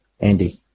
Andy